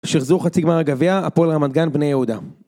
שחזור חצי גמר הגביע, הפועל רמת גן, בני יהודה